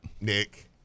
Nick